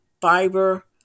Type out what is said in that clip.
fiber